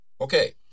Okay